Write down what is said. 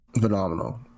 phenomenal